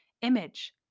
image